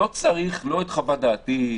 לא צריך, לא את חוות דעתי,